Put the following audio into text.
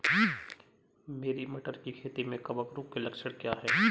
मेरी मटर की खेती में कवक रोग के लक्षण क्या हैं?